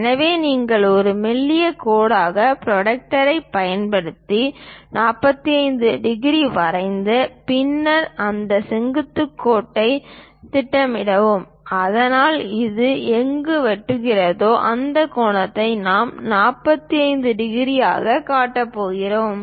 எனவே நீங்கள் ஒரு மெல்லிய கோட்டாக புரோட்டாக்டரைப் பயன்படுத்தி 45 டிகிரி வரைந்து பின்னர் இந்த செங்குத்து கோட்டை திட்டமிடவும் அதனால் அது எங்கு வெட்டுகிறதோ அந்த கோணத்தை நாம் 45 டிகிரியாக காட்டப் போகிறோம்